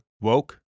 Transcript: Woke